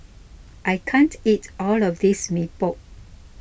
I can't eat all of this Mee Pok